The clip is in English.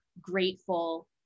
grateful